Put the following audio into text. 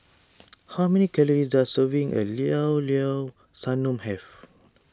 how many calories does a serving of Llao Llao Sanum have